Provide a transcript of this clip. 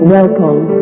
Welcome